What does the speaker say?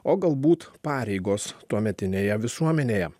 o galbūt pareigos tuometinėje visuomenėje